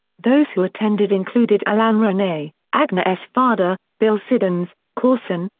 those who attended included alain ronay, agnes varda, bill siddons, courson,